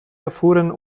erfuhren